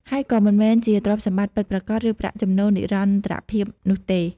ហើយក៏មិនមែនជាទ្រព្យសម្បត្តិពិតប្រាកដ ឬប្រាក់ចំណូលនិរន្តរភាពនោះទេ។